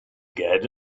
get